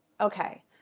Okay